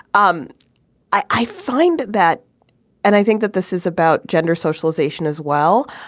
um i find that and i think that this is about gender socialization as well.